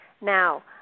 Now